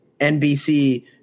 NBC